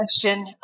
question